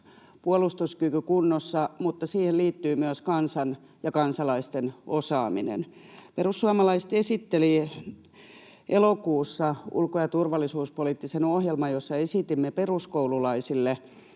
olla tietysti kunnossa, siihen liittyy myös kansan ja kansalaisten osaaminen. Perussuomalaiset esittelivät elokuussa ulko- ja turvallisuuspoliittisen ohjelman, jossa esitimme, että peruskouluun